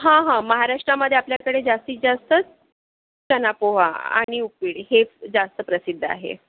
हां हां महाराष्ट्रामध्ये आपल्याकडे जास्तीत जास्त चना पोहा आणि उपीट हेच जास्त प्रसिद्ध आहे